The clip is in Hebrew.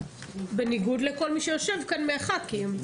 בניגוד לכל מי שיושב כאן מהח"כים.